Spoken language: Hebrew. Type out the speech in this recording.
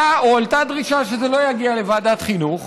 הועלתה דרישה שזה לא יגיע לוועדת החינוך